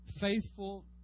faithful